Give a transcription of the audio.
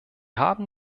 haben